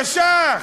נשך,